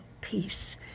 Peace